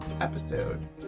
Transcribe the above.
episode